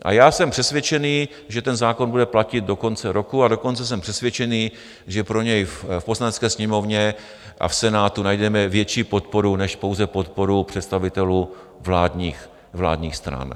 A já jsem přesvědčený, že ten zákon bude platit do konce roku, a dokonce jsem přesvědčený, že pro něj v Poslanecké sněmovně a v Senátu najdeme větší podporu než pouze podporu představitelů vládních stran.